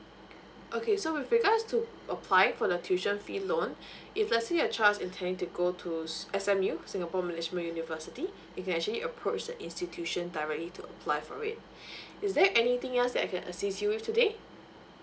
okay so with regards to apply for the tuition fee loan if let's say your child is intending to go to S_M_U singapore management university you can actually approach the institution directly to apply for it is there anything else that I can assist you with today